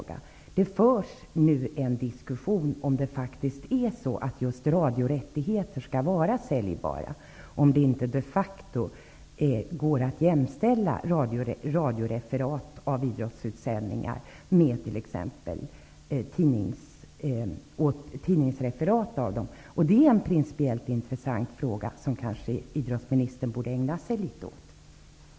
Det förs ju nu en diskussion om det faktiskt är så att just radiorättigheter skall vara säljbara och om det inte de facto går att jämställa radioreferat av idrottsutsändningar med t.ex. tidningsreferat. Det är en principiellt intressant fråga som idrottsministern kanske borde ägna litet uppmärksamhet åt.